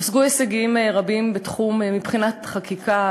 הושגו הישגים רבים מבחינת חקיקה,